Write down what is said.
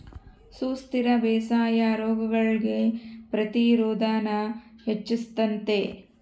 ಸುಸ್ಥಿರ ಬೇಸಾಯಾ ರೋಗಗುಳ್ಗೆ ಪ್ರತಿರೋಧಾನ ಹೆಚ್ಚಿಸ್ತತೆ